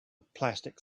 plastic